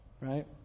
right